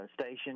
Station